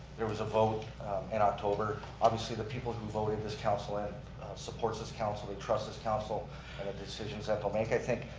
there was a vote in october. obviously, the people who voted this council in supports this council, they trust this council and kind of the decisions that they'll make. i think,